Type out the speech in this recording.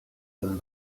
them